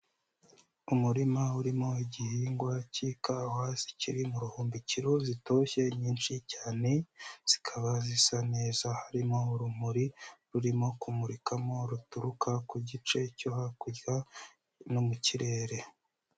Umurima urimo igihingwa cy'ikawa zikiri mu buhumbikiro zitoshye nyinshi cyane, zikaba zisa neza, harimo urumuri rurimo kumurikamo ruturuka ku gice cyo hakurya no mu kirere.